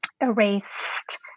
erased